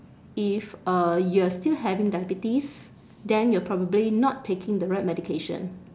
if uh you are still having diabetes then you're probably not taking the right medication